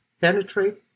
penetrate